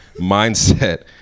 mindset